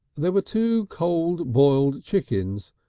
there were two cold boiled chickens,